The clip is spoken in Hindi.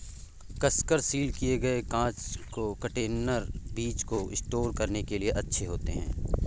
कसकर सील किए गए कांच के कंटेनर बीज को स्टोर करने के लिए अच्छे होते हैं